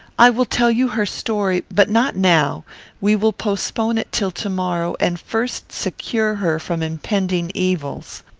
i will tell you her story, but not now we will postpone it till to-morrow, and first secure her from impending evils.